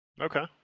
Okay